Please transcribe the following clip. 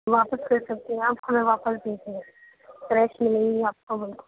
واپس کر سکتے ہیں آپ ہمیں واپس دے دیں فریش ملیں گی آپ کو بالکل